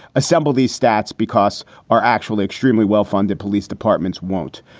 assemble these stats because are actually extremely well-funded. police departments won't.